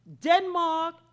Denmark